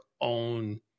own